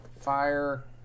fire